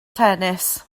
tennis